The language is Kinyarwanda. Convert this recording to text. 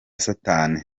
satani